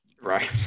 Right